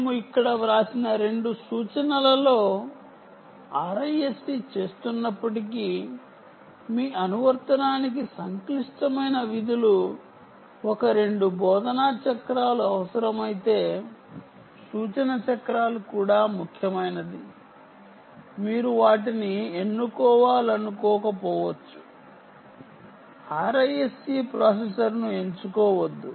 మేము ఇక్కడ వ్రాసిన రెండు సూచనలలో RISC చేస్తున్నప్పటికీ మీ అనువర్తనానికి సంక్లిష్టమైన విధులు ఒకటి రెండు ఇన్స్ట్రక్షన్ సైకిల్స్ అవసరమైతే మీరు వాటిని ఎన్నుకోవాలనుకోకపోవచ్చు RISC ప్రాసెసర్ను ఎంచుకోవద్దు